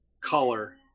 color